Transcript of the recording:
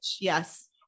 Yes